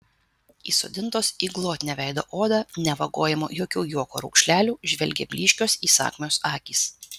įsodintos į glotnią veido odą nevagojamą jokių juoko raukšlelių žvelgė blyškios įsakmios akys